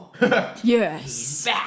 Yes